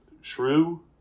shrew